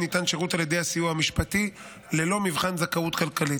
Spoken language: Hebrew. ניתן שירות על ידי הסיוע המשפטי ללא מבחן זכאות כלכלית,